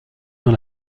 dans